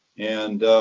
and